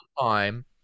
time